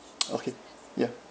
okay ya